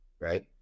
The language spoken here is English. right